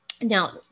now